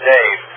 Dave